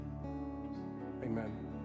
Amen